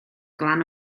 glan